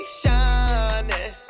shining